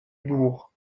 bourg